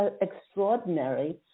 extraordinary